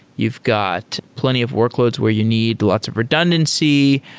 you've got plenty of workloads where you need lots of redundancy.